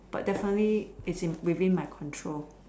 but definitely it's within my control